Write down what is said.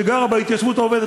שגרה בהתיישבות העובדת,